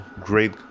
great